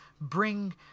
bring